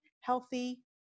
healthy